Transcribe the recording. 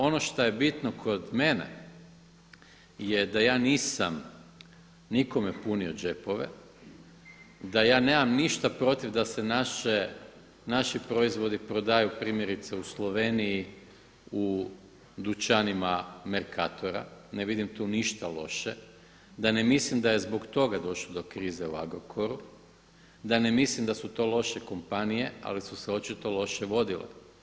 Ono šta je bitno kod mene je da ja nisam nikome punio džepove, da ja nemam ništa protiv da se naši proizvodi prodaju primjerice u Sloveniji, u dućanima Mercatora, ne vidim tu ništa loše, da ne mislim da je zbog toga došlo do krize u Agrokoru, da ne mislim da su to loše kompanije ali su se očito loše vodile.